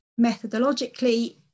methodologically